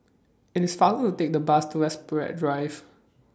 IT IS faster to Take The Bus to Enterprise Road